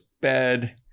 bed